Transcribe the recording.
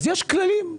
יש כללים;